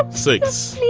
six.